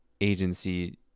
agency